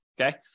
okay